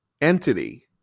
entity